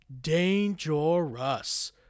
dangerous